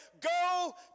go